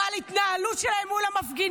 ועל ההתנהלות שלהם מול המפגינים,